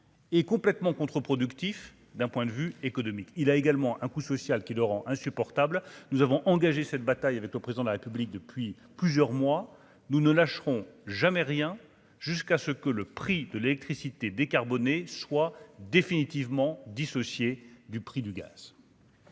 Et complètement contre-productif d'un point de vue économique, il a également un coût social qui dort en insupportable, nous avons engagé cette bataille avec le président de la République depuis plusieurs mois, nous ne lâcherons jamais rien jusqu'à ce que le prix de l'électricité soit définitivement dissocié du prix du gaz.